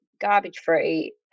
garbage-free